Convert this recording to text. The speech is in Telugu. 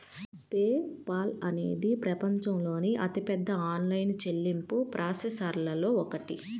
పే పాల్ అనేది ప్రపంచంలోని అతిపెద్ద ఆన్లైన్ చెల్లింపు ప్రాసెసర్లలో ఒకటి